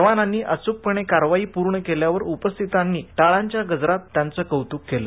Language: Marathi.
जवानांनी अचूकपणे कारवाई पूर्ण केल्यावर उपस्थितांनी टाळ्यांच्या गजरात त्याचं कौतुक केलं